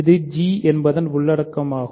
இது g என்பதன் உள்ளடக்கம் ஆகும்